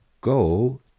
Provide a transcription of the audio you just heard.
Go